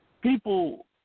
people –